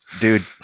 Dude